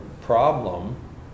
problem